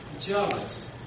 jealous